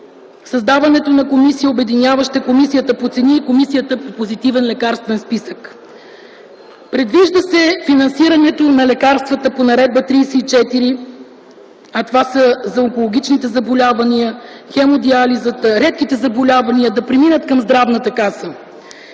създаването на комисия, обединяваща Комисията по цените на лекарствените продукти и Комисията по позитивен лекарствен списък. Предвижда се финансирането на лекарствата по Наредба № 34, които са за онкологичните заболявания, хемодиализата, редките заболявания, да премине към Здравната каса.